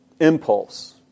impulse